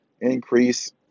increase